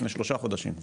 לפני שלושה חודשים,